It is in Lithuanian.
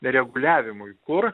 reguliavimui kur